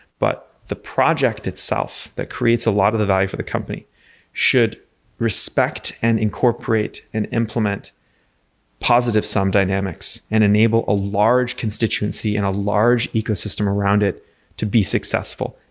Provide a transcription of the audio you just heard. but the project itself that creates a lot of the value for the company should respect and incorporate and implement positive-sum dynamics and enable a large constituency and a large ecosystem around it to be successful.